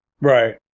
Right